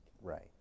right